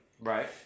Right